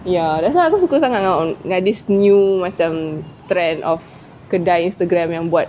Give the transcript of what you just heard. ya that's why aku suka sangat dengan this new macam trend of kedai Instagram yang buat